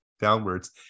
downwards